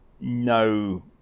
no